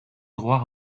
droit